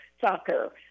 soccer